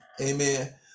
amen